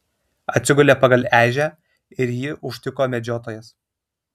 atsigulė pagal ežią ir jį užtiko medžiotojas